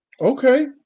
Okay